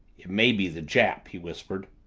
it may be the jap! he whispered.